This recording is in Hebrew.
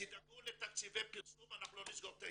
תדאגו לתקציבי פרסום ואנחנו לא נסגור את העיתון.